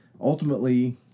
ultimately